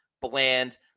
bland